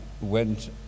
went